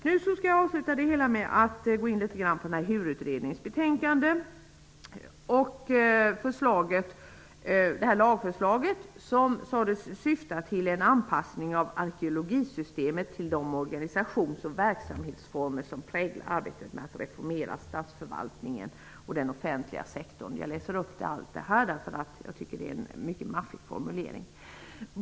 Jag vill avsluta det hela med att gå in på HUR utredningens betänkande och det lagförslag som syftar till ''en anpassning av arkeologisystemet till de organisations och verksamhetsformer som präglar arbetet med att reformera statsförvaltningen och den offentliga sektorn''. Jag läser upp detta, eftersom jag tycker att det är en mycket maffig formulering.